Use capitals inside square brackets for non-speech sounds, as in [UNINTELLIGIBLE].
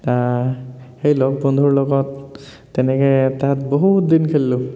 [UNINTELLIGIBLE] সেই লগ বন্ধুৰ লগত তেনেকৈ তাত বহুত দিন খেলিলোঁ